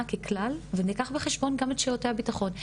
ככלל וניקח בחשבון גם את שירותי הביטחון.